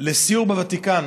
לסיור בוותיקן.